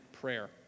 prayer